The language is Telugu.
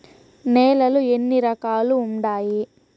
నేలలు ఎన్ని రకాలు వుండాయి?